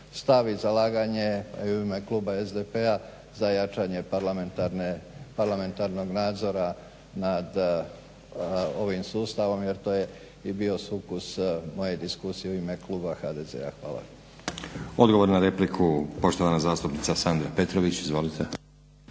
stav i zalaganje i u ime kluba SDP-a za jačanje parlamentarne, parlamentarnog nadzora nad ovim sustavom jer to je i bio sustav moje diskusije u ime kluba HDZ-a. **Stazić, Nenad (SDP)** Odgovor na repliku poštovana zastupnica Sandra Petrović. Izvolite.